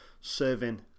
serving